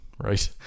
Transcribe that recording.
right